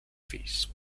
fills